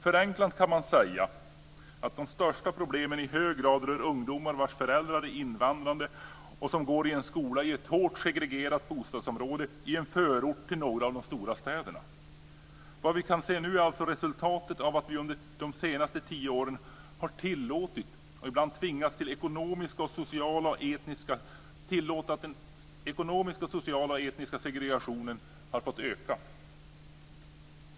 Förenklat kan man säga att de största problemen i hög grand rör ungdomar vars föräldrar är invandrade och som går i en skola i hårt segregerat bostadsområde i en förort till någon av de stora städerna. Vad vi kan se nu är resultatet av att vi under de senaste tio åren har tillåtit att den ekonomiska, sociala och etniska segregationen har fått öka.